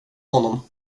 honom